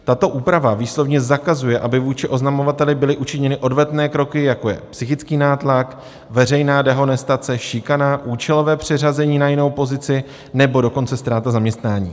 Tato úprava výslovně zakazuje, aby vůči oznamovateli byly učiněny odvetné kroky, jako je psychický nátlak, veřejná dehonestace, šikana, účelové přeřazení na jinou pozici, nebo dokonce ztráta zaměstnání.